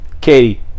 katie